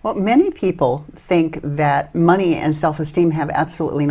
what many people think that money and self esteem have absolutely